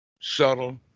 Subtle